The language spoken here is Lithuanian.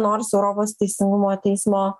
nors europos teisingumo teismo